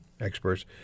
experts